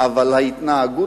אבל ההתנהגות